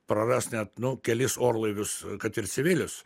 prarasti net kelis orlaivius kad ir civilius